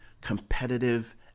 Competitive